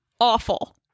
awful